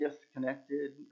disconnected